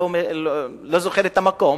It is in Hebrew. לא זוכר את המקום.